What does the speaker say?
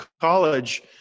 college